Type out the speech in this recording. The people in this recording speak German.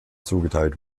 zugeteilt